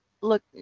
look